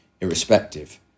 irrespective